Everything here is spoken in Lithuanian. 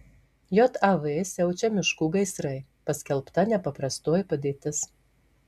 jav siaučia miškų gaisrai paskelbta nepaprastoji padėtis